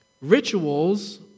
Rituals